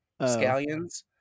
scallions